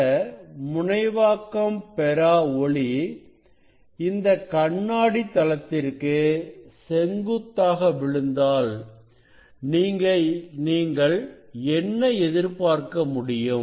இந்த முனைவாக்கம் பெறா ஒளி இந்த கண்ணாடி தளத்திற்கு செங்குத்தாக விழுந்தாள் நீங்கள் என்ன எதிர்பார்க்க முடியும்